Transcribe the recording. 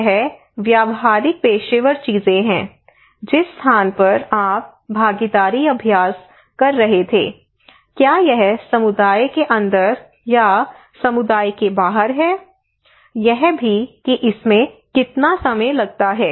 यह व्यावहारिक पेशेवर चीजें हैं जिस स्थान पर आप भागीदारी अभ्यास कर रहे थे क्या यह समुदाय के अंदर या समुदाय के बाहर है यह भी कि इसमें कितना समय लगता है